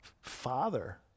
Father